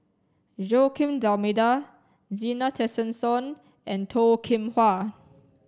Joaquim D'almeida Zena Tessensohn and Toh Kim Hwa